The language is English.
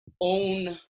own